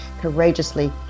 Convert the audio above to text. courageously